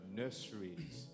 nurseries